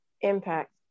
Impact